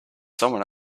someone